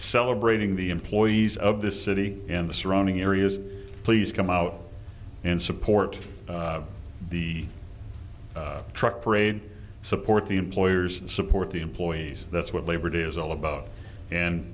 celebrating the employees of this city and the surrounding areas please come out and support the truck parade support the employers support the employees that's what labor it is all about and